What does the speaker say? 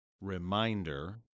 reminder